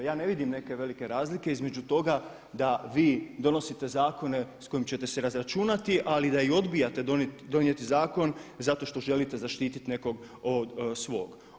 Ja ne vidim neke velike razlike između toga da vi donosite zakone s kojima ćete se razračuniti ali da i odbijate donijeti zakon zato što želite zaštiti nekog od svog.